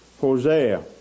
Hosea